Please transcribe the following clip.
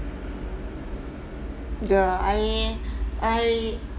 yeah I I